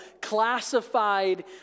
classified